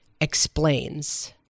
Explains